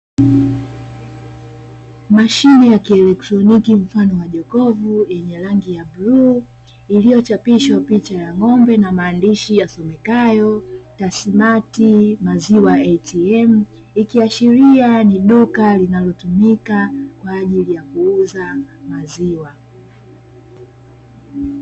Mashine ya kielektroniki mfano wa jokofu yenye rangi ya bluu, iliyochapishwa picha ya ng'ombe na maandishi yasomekayo "tasimati maziwa ATM " ikiashiria ni duka linalotumika kwa ajili ya kuuza maziwa.